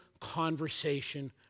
conversation